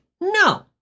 No